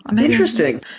Interesting